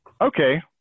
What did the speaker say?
okay